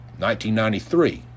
1993